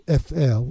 FL